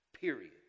Period